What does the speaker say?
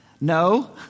No